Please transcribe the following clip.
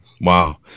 Wow